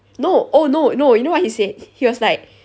no oh no no you know what he said he was like